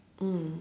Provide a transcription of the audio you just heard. mm